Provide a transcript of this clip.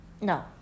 no